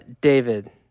david